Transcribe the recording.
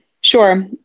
Sure